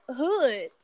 hood